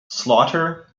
slaughter